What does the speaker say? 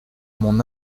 mon